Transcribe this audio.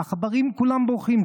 העכברים כולם בורחים,